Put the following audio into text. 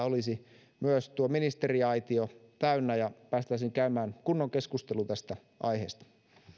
olisi myös tuo ministeriaitio täynnä ja päästäisiin käymään kunnon keskustelu tästä aiheesta